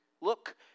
look